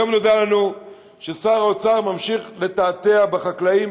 היום נודע לנו ששר האוצר ממשיך לתעתע בחקלאים,